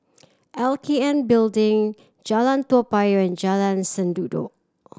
L K N Building Jalan Toa Payoh and Jalan Sendudok